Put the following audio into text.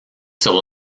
sur